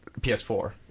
PS4